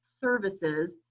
services